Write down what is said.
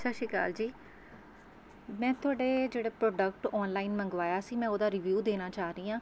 ਸਤਿ ਸ਼੍ਰੀ ਅਕਾਲ ਜੀ ਮੈਂ ਤੁਹਾਡੇ ਜਿਹੜੇ ਪ੍ਰੋਡਕਟ ਔਨਲਾਈਨ ਮੰਗਵਾਇਆ ਸੀ ਮੈਂ ਉਹਦਾ ਰੀਵਿਊ ਦੇਣਾ ਚਾਹ ਰਹੀ ਹਾਂ